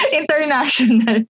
international